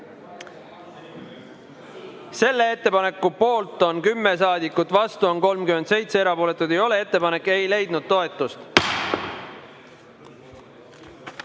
Selle ettepaneku poolt on 10 saadikut, vastu on 37, erapooletuid ei ole. Ettepanek ei leidnud toetust.